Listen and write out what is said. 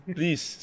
Please